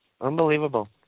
Unbelievable